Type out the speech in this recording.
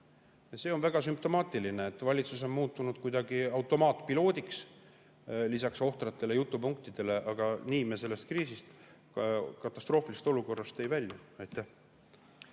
See on väga sümptomaatiline, et valitsus on muutunud kuidagi automaatpiloodiks, lisaks ohtratele jutupunktidele. Nii me sellest kriisist, sellest katastroofilisest olukorrast ei välju.